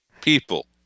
People